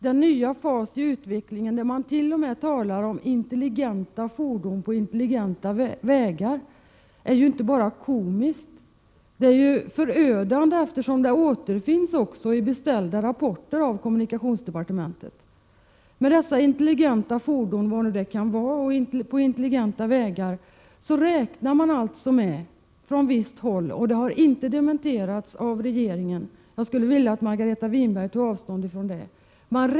Den nya fas i utvecklingen där man t.o.m. talar om intelligenta fordon på intelligenta vägar är ju inte bara komisk utan också förödande, eftersom den återfinns även i rapporter som beställts av Prot. 1987/88:123 kommunikationsdepartementet. Med dessa intelligenta fordon på intelligen 19 maj 1988 ta vägar — vad nu det kan vara — räknar man från visst håll med att landsvägstrafiken skall fördubblas till år 2000. Det har inte dementerats av regeringen, och jag skulle vilja att Margareta Winberg tog avstånd från det.